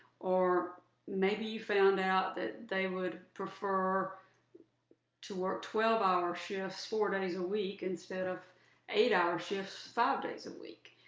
or maybe you found out that they would prefer to work twelve hour shifts, four days a week, instead of eight hour shifts, five days a week.